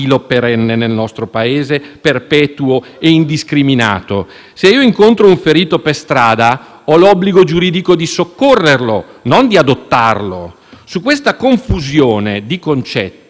ho l'obbligo giuridico di soccorrerlo, non di adottarlo. Su questa confusione di concetti si è inserita l'opera dei trafficanti di esseri umani, che hanno negli anni costruito un sistema